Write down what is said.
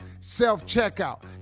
self-checkout